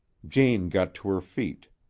jane got to her feet.